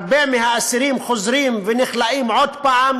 הרבה מהאסירים חוזרים ונכלאים עוד פעם,